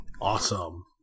Awesome